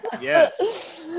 Yes